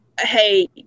Hey